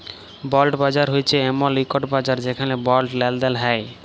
বল্ড বাজার হছে এমল ইকট বাজার যেখালে বল্ড লেলদেল হ্যয়